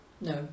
No